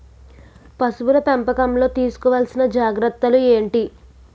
పశువుల పెంపకంలో తీసుకోవల్సిన జాగ్రత్త లు ఏంటి?